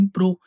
Pro